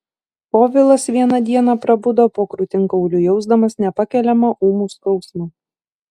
povilas vieną dieną prabudo po krūtinkauliu jausdamas nepakeliamą ūmų skausmą